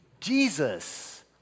Jesus